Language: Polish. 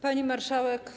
Pani Marszałek!